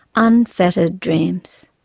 unfettered dreams.